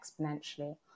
exponentially